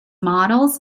models